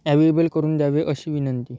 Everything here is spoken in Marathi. ॲवेबल करून द्यावे अशी विनंती